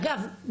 אגב,